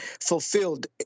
fulfilled